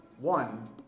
one